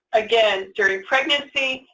again, during pregnancy,